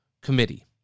Committee